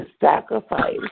sacrifice